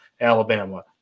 Alabama